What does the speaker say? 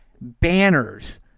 banners